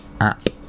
app